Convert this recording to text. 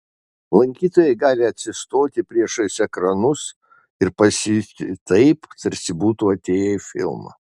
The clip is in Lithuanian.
lankytojai gali atsistoti priešais ekranus ir pasijusti taip tarsi būtų įėję į filmą